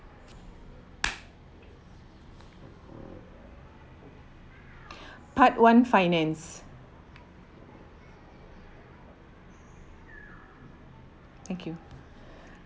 part one finance thank you